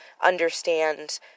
understand